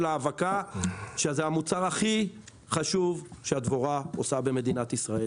האבקה שזה המוצר הכי חשוב שהדבורה עושה במדינת ישראל.